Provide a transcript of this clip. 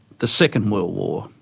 the second world war,